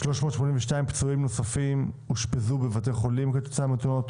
382 פצועים נוספים אושפזו בבתי חולים כתוצאה מתאונות